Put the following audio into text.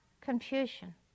confusion